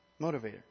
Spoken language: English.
motivator